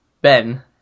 Ben